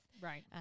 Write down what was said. Right